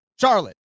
Charlotte